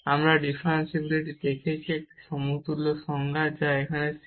আমরা ডিফারেনশিবিলিটির একটি সমতুল্য সংজ্ঞা দেখেছি